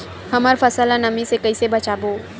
हमर फसल ल नमी से क ई से बचाबो?